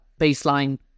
baseline